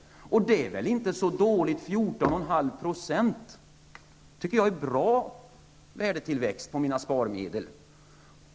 Det är väl inte så dåligt -- 14,5 %! Det tycker jag är en bra värdetillväxt på mina sparmedel.